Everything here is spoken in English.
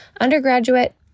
undergraduate